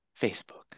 facebook